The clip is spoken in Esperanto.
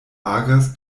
agas